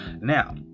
Now